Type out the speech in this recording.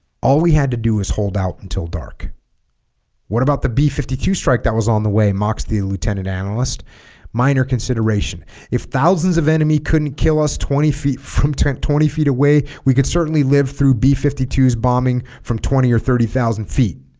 all we had to do is hold out until dark what about the b fifty two strike that was on the way mocks the lieutenant analyst minor consideration if thousands of enemy couldn't kill us twenty feet from twenty twenty feet away we could certainly live through b fifty two s bombing from twenty or thirty zero feet